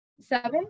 Seven